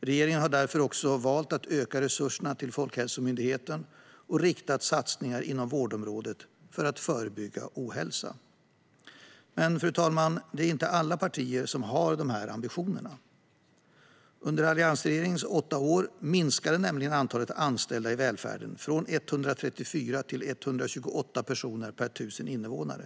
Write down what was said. Regeringen har därför också valt att öka resurserna till Folkhälsomyndigheten och har riktat satsningar inom vårdområdet för att förebygga ohälsa. Men, fru talman, det är inte alla partier som har de här ambitionerna. Under alliansregeringens åtta år minskade nämligen antalet anställda i välfärden från 134 till 128 personer per 1 000 invånare.